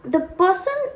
the person